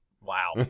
Wow